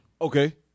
Okay